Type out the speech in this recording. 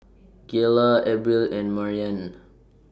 Galilea Abril and Maryann